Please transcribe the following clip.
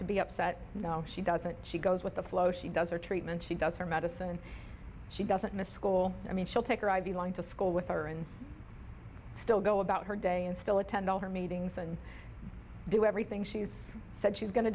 to be upset no she doesn't she goes with the flow she does her treatment she does her medicine and she doesn't miss school i mean she'll take her i be going to school with her and still go about her day and still attend all her meetings and do everything she's said she's going to